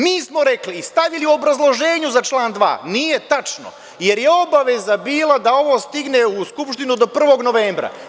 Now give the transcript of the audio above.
Mi smo rekli i stavili u obrazloženju za član 2. – nije tačno, jer je obaveza bila da ovo stigne u Skupštinu do 1. novembra.